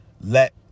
let